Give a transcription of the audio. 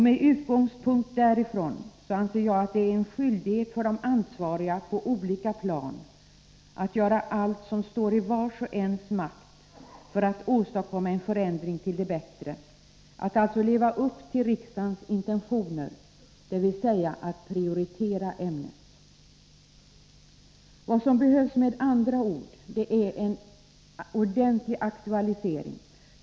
Med utgångspunkt däri anser jag att det är en skyldighet för de ansvariga på olika plan att göra allt som står i vars och ens makt för att åstadkomma en förändring till det bättre, att alltså leva upp till riksdagens intentioner, dvs. att prioritera ämnet. Vad som behövs är med andra ord en ordentlig aktualisering.